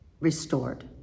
restored